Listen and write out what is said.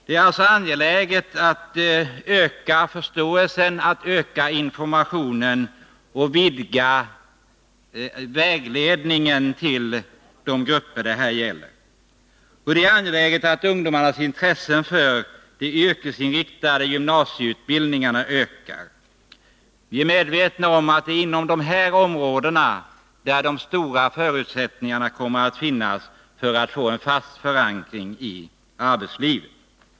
Det är alltså angeläget att öka förståelsen och informationen och att vidga vägledningen till de grupper som det nu gäller. Det är angeläget att ungdomarnas intresse för de yrkesinriktade gymnasieutbildningarna ökar. Vi är medvetna om att det är inom dessa områden som de stora förutsättningarna kommer att finnas för att få en fast förankring i arbetslivet.